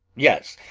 yes,